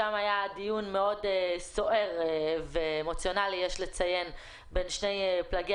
שם היה דיון מאוד סוער ואמוציונלי בין שני פלגי